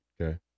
Okay